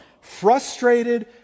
frustrated